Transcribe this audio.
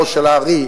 עירו של האר"י,